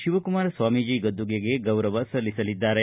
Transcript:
ಶಿವಕುಮಾರ ಸ್ನಾಮೀಜಿ ಗದ್ಗುಗೆಗೆ ಗೌರವ ಸಲ್ಲಿಸಲಿದ್ದಾರೆ